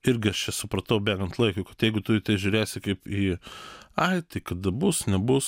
irgi aš čia supratau bėgant laikui kad jeigu tu į tai žiūrėsi kaip į ai tai kada bus nebus